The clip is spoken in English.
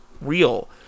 real